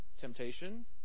temptation